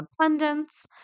abundance